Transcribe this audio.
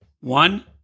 One